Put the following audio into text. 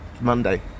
Monday